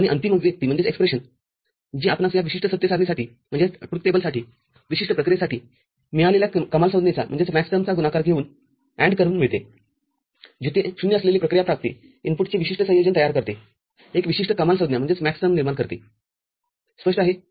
आणि अंतिम अभिव्यक्तीजी आपणास या विशिष्ट सत्य सारणीसाठी विशिष्ट प्रक्रियेसाठी मिळालेल्या कमाल संज्ञेचा गुणाकार घेऊन AND करून मिळतेजिथे 0 असलेली प्रक्रिया प्राप्ती इनपुटचे विशिष्ट संयोजन तयार करतेएक विशिष्ट कमाल संज्ञा निर्माण करते स्पष्ट आहे